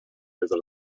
over